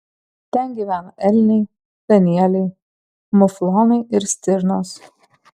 ten gyvena elniai danieliai muflonai ir stirnos